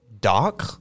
dark